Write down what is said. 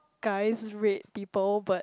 guys rate people but